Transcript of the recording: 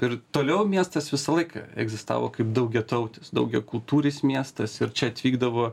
ir toliau miestas visą laiką egzistavo kaip daugiatautis daugiakultūris miestas ir čia atvykdavo